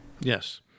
Yes